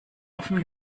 offen